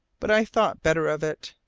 but i thought better of it.